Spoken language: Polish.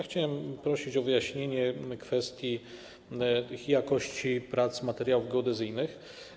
Chciałem prosić o wyjaśnienie kwestii jakości prac materiałów geodezyjnych.